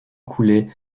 coulé